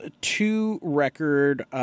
two-record